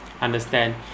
understand